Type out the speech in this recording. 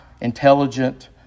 intelligent